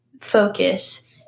focus